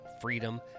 freedom